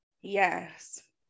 Yes